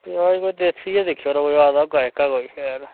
प्याज बी कोई देसी गै दिक्खेओ यरो कोई आवै गायका कोई शैल